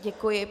Děkuji.